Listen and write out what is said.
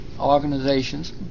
organizations